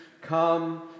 come